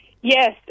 Yes